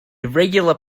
irregular